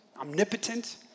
omnipotent